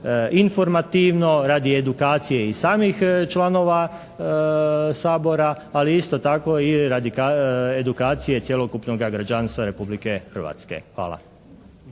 informativno radi edukacije i samih članova Sabora ali isto tako i radi edukacije cjelokupnoga građanstva Republike Hrvatske. Hvala.